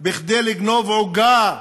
כדי לגנוב עוגה,